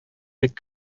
бик